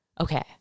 okay